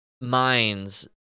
minds